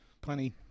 Plenty